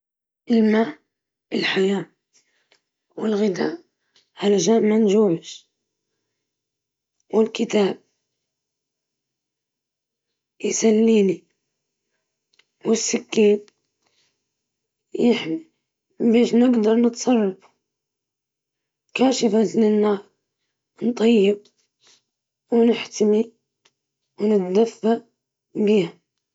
ناخذ سكين، حبل، كتاب، ولاعة، وغطاء، لأنهم أساسيين للبقاء والراحة.